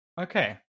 Okay